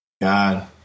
God